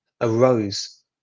arose